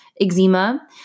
eczema